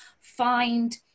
find